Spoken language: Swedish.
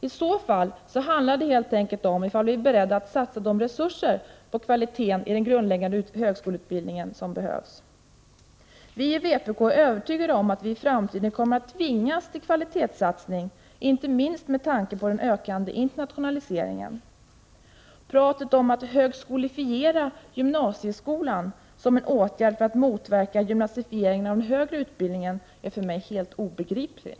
I så fall handlar det helt enkelt om ifall vi är beredda att satsa de resurser som behövs på kvaliteten i den grundläggande högskoleutbildningen. Vi i vpk är övertygade om att vi i framtiden kommer att tvingas till kvalitetssatsning, inte minst med tanke på den ökande internationaliseringen. Pratet om att högskolefiera gymnasieskolan som en åtgärd för att motverka gymnasifieringen av den högre utbildningen är för mig helt obegripligt.